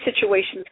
situations